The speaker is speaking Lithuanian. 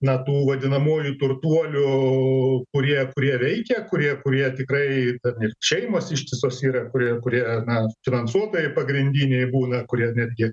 ną tų vadinamųjų turtuolių kurie kurie veikia kurie kurie tikrai ten ir šeimos ištisos yra kurie kurie na finansuotojai pagrindiniai būna kurie netgi